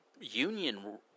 union